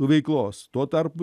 veiklos tuo tarpu